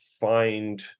find